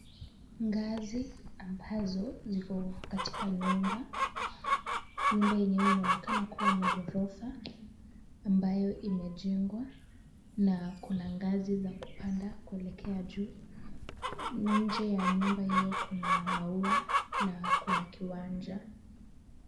Ngazi ambazo ziko katika nyumba. Nyumba yenyewe inaonekana kuwa ni ghorofa, ambayo imejengwa na kuna ngazi za kupanda kuelekea juu. Nje ya nyumba hiyo kuna maua na kuna kiwanja.